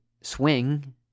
swing